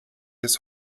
des